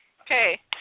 okay